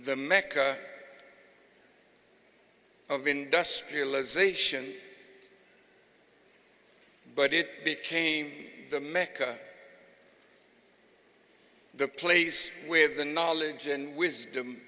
the mecca of industrialization but it became the mecca the place where the knowledge and wisdom